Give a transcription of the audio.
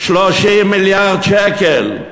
30 מיליארד שקל,